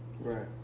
right